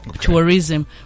Tourism